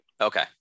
Okay